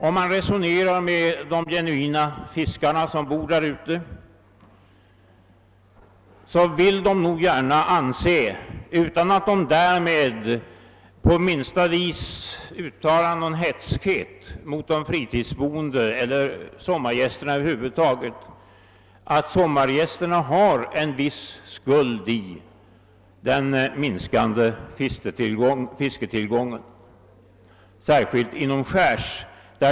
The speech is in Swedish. Om man resonerar med de genuina fiskarna vill de nog gärna anse, utan att de på minsta vis uttalar någon hätskhet mot de fritidsfiskande sommarsgästerna, att de har en viss skuld till den minskande fisktillgången, särskilt inomskärs.